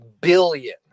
Billion